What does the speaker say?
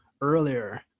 earlier